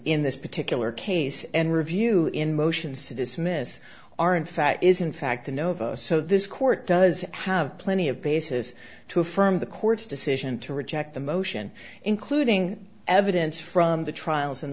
in this particular case and review in motions to dismiss are in fact is in fact a nova so this court does have plenty of basis to affirm the court's decision to reject the motion including evidence from the trials